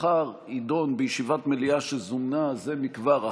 מחר יידון החוק בישיבת מליאה שזומנה זה מכבר,